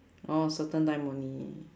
orh certain time only